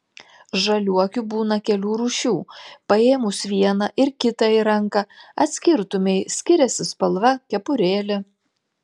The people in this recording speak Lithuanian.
žaliuokių būna kelių rūšių paėmus vieną ir kitą į ranką atskirtumei skiriasi spalva kepurėlė